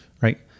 right